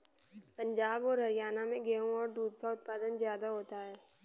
पंजाब और हरयाणा में गेहू और दूध का उत्पादन ज्यादा होता है